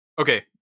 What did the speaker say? okay